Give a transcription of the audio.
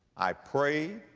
i prayed,